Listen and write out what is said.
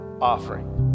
offering